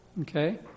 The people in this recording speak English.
Okay